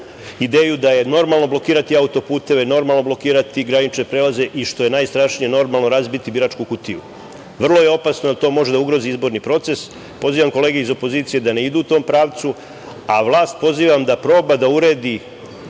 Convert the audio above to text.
ideju da je normalno blokirati auto-puteve, normalno blokirati granične prelaze i, što je najstrašnije, normalno razbiti biračku kutiju. Vrlo je opasno, jer to može da ugrozi izborni proces. Pozivam kolege iz opozicije da ne idu u tom pravcu, a vlast pozivam da proba da uredi